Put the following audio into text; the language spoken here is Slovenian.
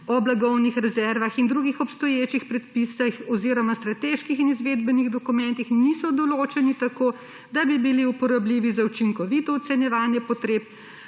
o blagovnih rezervah in drugih obstoječih predpisih oziroma strateških in izvedbenih dokumentih, niso določeni tako, da bi bili uporabljivi za učinkovito ocenjevanje potreb